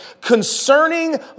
concerning